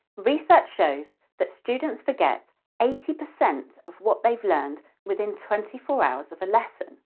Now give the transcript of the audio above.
research shows that students forget eighty percent of what they've learned within twenty four hours of a lesson.